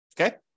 Okay